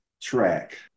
track